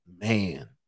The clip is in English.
Man